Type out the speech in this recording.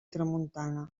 tramuntana